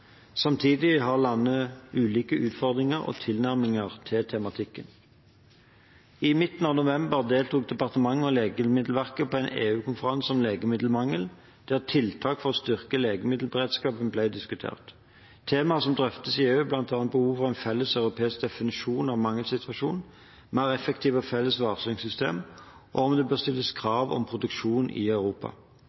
Samtidig har landene ulike utfordringer og tilnærminger til tematikken. I midten av november deltok departementet og Legemiddelverket på en EU-konferanse om legemiddelmangel, der tiltak for å styrke legemiddelberedskapen ble diskutert. Temaer som drøftes i EU, er bl.a. behovet for en felles europeisk definisjon av en mangelsituasjon, et mer effektivt og felles varslingssystem og om det bør stilles krav om produksjon i Europa.